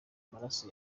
amaraso